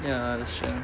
ya that's right